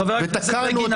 חבר הכנסת בגין,